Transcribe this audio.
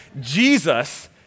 Jesus